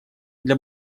для